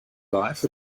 life